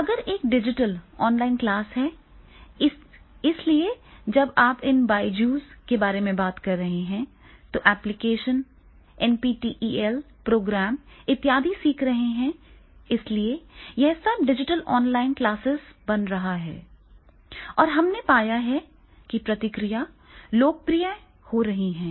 अगला एक digital online class है इसलिए जब आप इन BYJUS के बारे में बात कर रहे हैं तो एप्लिकेशन NPTEL प्रोग्राम इत्यादि सीख रहे हैं इसलिए यह सब डिजिटल ऑनलाइन क्लासेस बन रहा है और हमने पाया है कि प्रतिक्रिया लोकप्रिय हो रही है